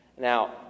Now